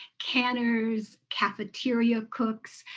canners, cafeteria cooks,